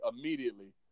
immediately